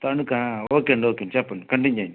తణుకా okay అండి okay అండి చెప్పండి కంటిన్యూ చేయండి